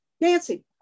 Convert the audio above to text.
Nancy